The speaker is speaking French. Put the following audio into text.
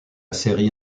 série